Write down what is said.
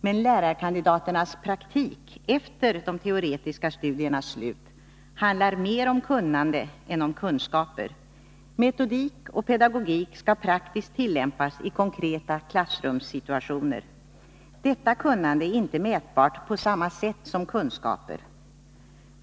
Men lärarkandidaternas praktik — efter de teoretiska studiernas slut — handlar mer om kunnande än om kunskaper: metodik och pedagogik skall praktiskt tillämpas i konkreta klassrumssituationer. Detta kunnande är inte mätbart på samma sätt som kunskaper.